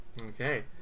Okay